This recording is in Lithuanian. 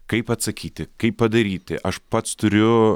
kaip atsakyti kaip padaryti aš pats turiu